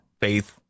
faith